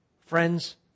Friends